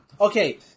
okay